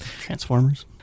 Transformers